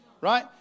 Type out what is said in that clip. Right